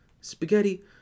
spaghetti